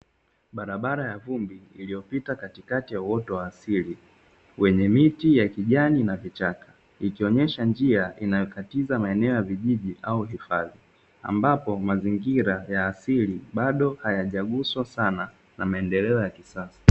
Barabara ya vumbi iliyopita katikati ya uoto wa asili wenye miti ya kijani na vichaka, ikionyesha njia inayokatiza maeneo ya vijiji au hifadhi, ambapo mazingira ya asili bado hayajaguswa sana, na maendeleo ya kisasa.